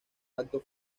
actos